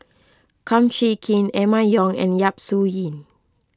Kum Chee Kin Emma Yong and Yap Su Yin